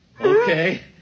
Okay